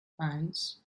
eins